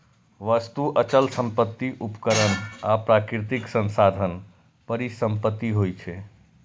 वस्तु, अचल संपत्ति, उपकरण आ प्राकृतिक संसाधन परिसंपत्ति होइ छै